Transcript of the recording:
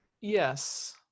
Yes